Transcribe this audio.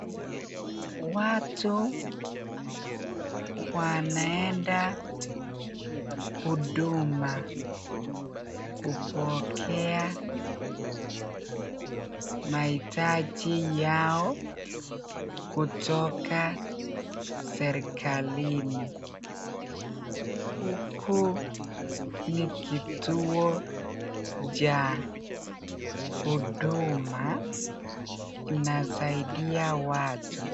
Watu wanaenda huduma kupokea mahitaji yao kutoka serikalini, huku ni kituo cha huduma inasaidia watu.